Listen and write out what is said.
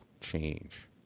change